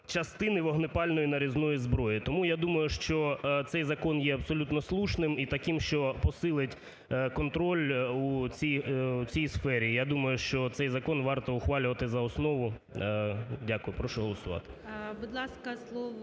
"частини вогнепальної нарізної зброї". Тому я думаю, що цей закон є абсолютно слушним і таким, що посилить контроль у цій сфері. Я думаю, що цей закон варто ухвалювати за основу. Дякую. Прошу голосувати.